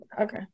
okay